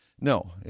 No